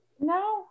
No